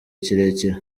kirekire